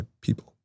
people